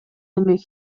эми